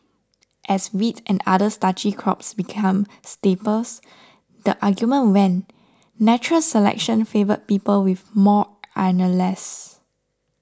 as wheat and other starchy crops became staples the argument went natural selection favoured people with more amylase